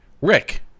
Rick